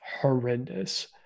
horrendous